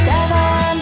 Seven